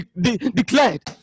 declared